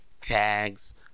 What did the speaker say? tags